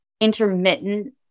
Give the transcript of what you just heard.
intermittent